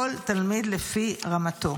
כל תלמיד לפי רמתו.